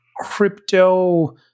crypto